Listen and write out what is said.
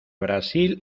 brasil